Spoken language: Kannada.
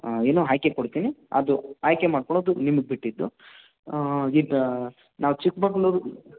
ಏನೋ ಆಯ್ಕೆ ಕೊಡ್ತೀನಿ ಅದು ಆಯ್ಕೆ ಮಾಡ್ಕೊಳ್ಳೋದು ನಿಮಗೆ ಬಿಟ್ಟಿದ್ದು ಇದು ನಾವು ಚಿಕ್ಕಮಗ್ಳೂರು